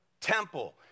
Temple